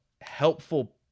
helpful